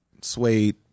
suede